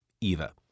Eva